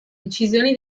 incisioni